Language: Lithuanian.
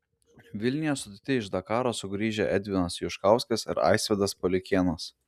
vilniuje sutikti iš dakaro sugrįžę edvinas juškauskas ir aisvydas paliukėnas